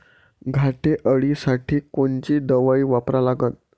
घाटे अळी साठी कोनची दवाई वापरा लागन?